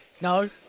No